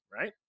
Right